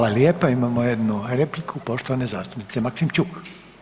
Hvala lijepa, imamo jednu repliku poštovane zastupnice Maksimčuk.